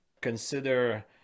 consider